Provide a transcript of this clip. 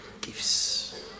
gives